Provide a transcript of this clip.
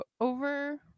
over